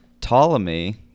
Ptolemy